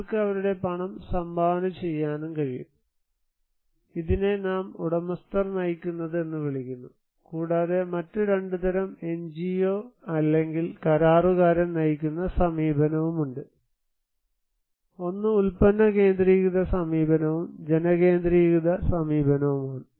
അവർക്ക് അവരുടെ പണം സംഭാവന ചെയ്യാനും കഴിയും ഇതിനെ നാം ഉടമസ്ഥർ നയിക്കുന്നത് എന്ന് വിളിക്കുന്നു കൂടാതെ മറ്റു 2 തരം എൻജിഒ അല്ലെങ്കിൽ കരാറുകാരൻ നയിക്കുന്ന സമീപനവുമുണ്ട് ഒന്ന് ഉൽപ്പന്ന കേന്ദ്രീകൃത സമീപനവും ജനകേന്ദ്രീകൃത സമീപനവുമാണ്